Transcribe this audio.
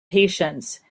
patience